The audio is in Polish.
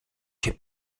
się